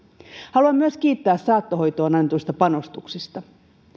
haluan myös kiittää saattohoitoon annetuista panostuksista